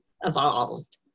evolved